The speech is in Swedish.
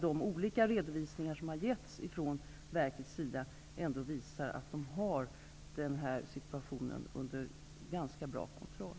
De olika redovisningar som gjorts från Invandrarverkets sida visar ändå att man har situationen under ganska bra kontroll.